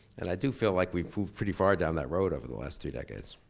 and i do feel like we've moved pretty far down that road over the last two decades.